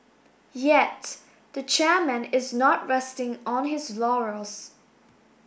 yet the chairman is not resting on his laurels